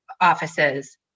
offices